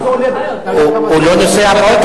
כמה זה עולה?